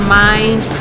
mind